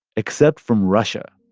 except from russia.